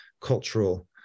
cultural